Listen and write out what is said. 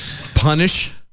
Punish